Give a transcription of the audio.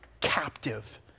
captive